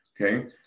okay